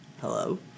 hello